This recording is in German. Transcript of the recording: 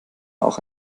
auch